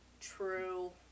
True